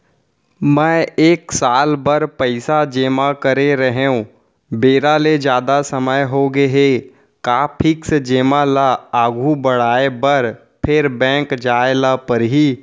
मैं एक साल बर पइसा जेमा करे रहेंव, बेरा ले जादा समय होगे हे का फिक्स जेमा ल आगू बढ़ाये बर फेर बैंक जाय ल परहि?